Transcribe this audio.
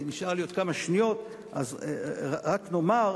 אם נשארו לי עוד כמה שניות,